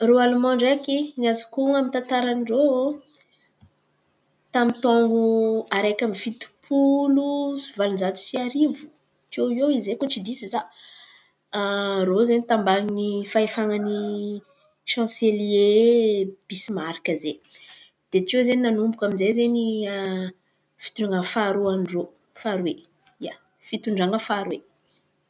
Irô Aliman ndraiky ny azoko honon̈o amy tantaran-drô tamin’ny taôn̈o araiky àby fitom-polo sy valon-jato sy arivo tiô eo izen̈y koa tsy diso za. Irô zen̈y tambany fahefan̈a ny Sôsely misy mariky zay de tiô zen̈y nanomboka ny fitondran̈a faharoe, ia, faharoe.